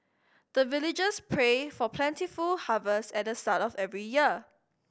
the villagers pray for plentiful harvest at the start of every year